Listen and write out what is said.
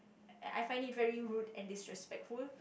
I I find it very rude and disrespectful